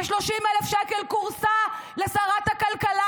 ב-30,000 שקל כורסה לשרת הכלכלה,